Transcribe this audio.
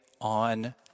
on